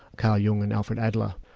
karl jung and alfred adler,